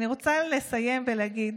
אני רוצה לסיים ולהגיד